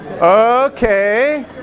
Okay